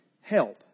help